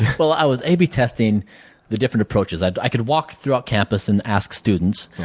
well, i was a b testing the different approaches. i could walk throughout campus and ask student.